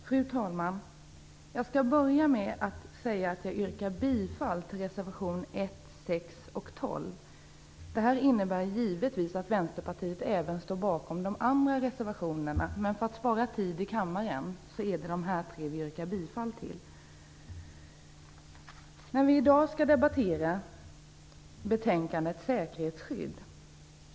Fru talman! Jag skall börja med att yrka bifall till reservationerna nr 1, 6 och 12. Detta innebär givetvis att Vänsterpartiet även står bakom de andra reservationerna, men för att spara tid i kammaren är det dessa tre reservationer som Vänsterpartiet yrkar bifall till. I dag skall vi debattera betänkandet Säkerhetsskydd.